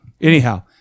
Anyhow